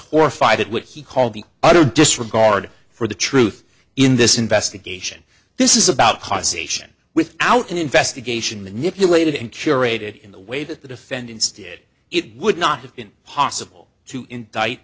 horrified at what he called the utter disregard for the truth in this investigation this is about causation without an investigation manipulated and curated in the way that the defendants did it would not have been possible to indict